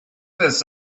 this